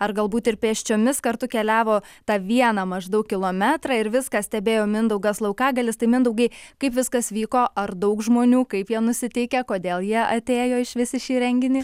ar galbūt ir pėsčiomis kartu keliavo tą vieną maždaug kilometrą ir viską stebėjo mindaugas laukagalius tai mindaugai kaip viskas vyko ar daug žmonių kaip jie nusiteikę kodėl jie atėjo išvis į šį renginį